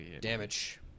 Damage